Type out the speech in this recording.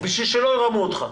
שלא ירמו אותך,